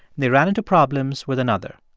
they ran into problems with another.